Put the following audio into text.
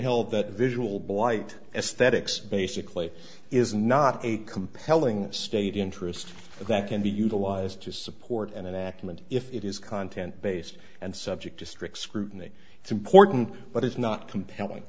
held that visual blight aesthetics basically is not a compelling state interest that can be utilized to support and enactment if it is content based and subject to strict scrutiny it's important but it's not compelling